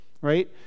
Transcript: Right